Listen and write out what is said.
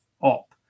op